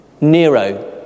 Nero